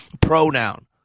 pronoun